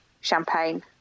champagne